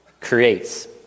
creates